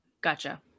gotcha